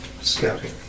scouting